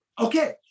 Okay